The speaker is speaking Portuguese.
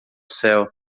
céu